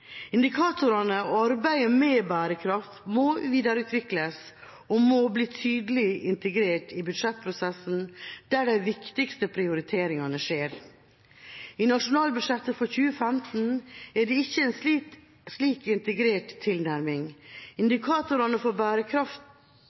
Indikatorene for og arbeidet med bærekraft må videreutvikles og må bli tydelig integrert i budsjettprosessen, der de viktigste prioriteringene skjer. I nasjonalbudsjettet for 2015 er det ikke en slik integrert tilnærming. Indikatorene for